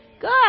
Good